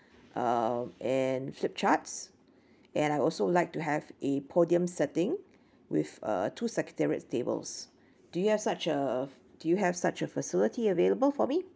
uh and flip charts and I also like to have a podium setting with uh two secretariat tables do you have such a do you have such a facility available for me